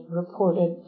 reported